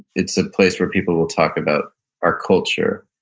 it's a place where people will talk about our culture,